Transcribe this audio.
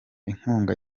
inkunga